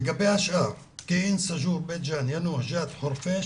לגבי פקיעין, סאג'ור, בית ג'אן, ינוח-ג'ת, חורפיש